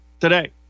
today